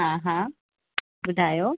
हा हा ॿुधायो